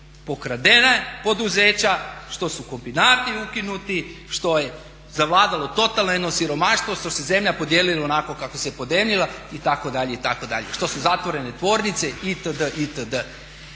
pokradena poduzeća, što su kombinati ukinuti, što je zavladalo totalno jedno siromaštvo, što se zemlja podijelila onako kako se podijelila itd., itd., što su zatvorene tvornice, itd., itd.